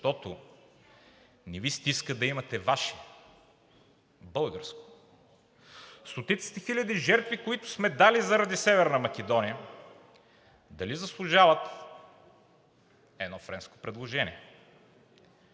защото не Ви стиска да имате Ваше българско.“ Стотиците хиляди жертви, които сме дали заради Северна Македония, дали заслужават едно френско предложение?